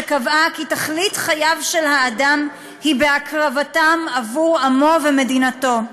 שקבעה כי תכלית חייו של האדם היא בהקרבה עבור עמו ומדינתו.